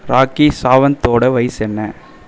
ராக்கி சாவந்தோட வயசு என்ன